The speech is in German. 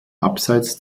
abseits